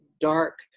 dark